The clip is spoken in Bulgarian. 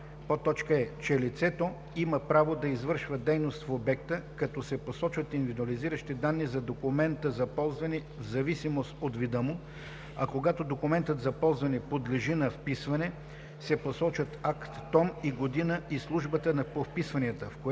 така: „е) че лицето има право да извършва дейност в обекта, като се посочват индивидуализиращи данни за документа за ползване в зависимост от вида му, а когато документът за ползване подлежи на вписване, се посочват акт, том и година и службата по вписванията, в която